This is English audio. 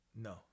No